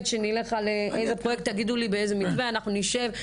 שנלך לפרויקט תגידו לי באיזה מתווה אנחנו נשב.